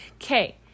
okay